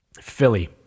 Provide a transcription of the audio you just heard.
Philly